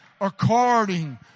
according